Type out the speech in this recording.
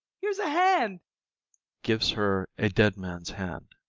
here s a hand gives her a dead man's hand.